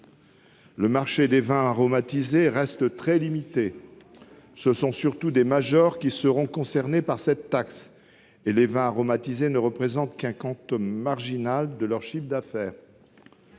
Le marché des vins aromatisés reste très limité. Et alors ? Ce sont surtout des majors qui seront concernées par cette taxe, dont les vins aromatisés ne représentent qu'un quantum marginal du chiffre d'affaires.